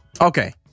Okay